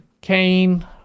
Kane